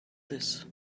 this